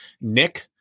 nick